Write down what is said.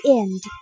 end